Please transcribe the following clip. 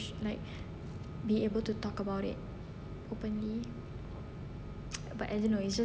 be able to talk about it openly but as you know it's just